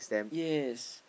yes